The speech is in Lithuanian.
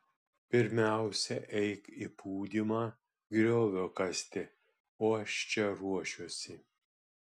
pirmiausia eik į pūdymą griovio kasti o aš čia ruošiuosi